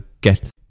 get